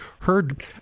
heard